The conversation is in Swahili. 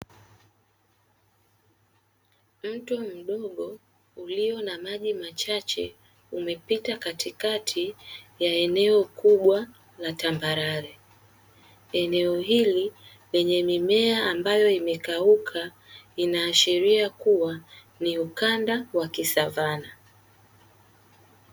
Mto mdogo ulio na maji machache umepita katikati ya eneo kubwa la tambarare. Eneo hili lenye mimea ambayo imekauka inaashiria kuwa ni ukanda wa kisavana.